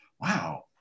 Wow